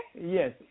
Yes